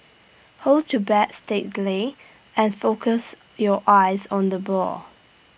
hold your bat steadily and focus your eyes on the ball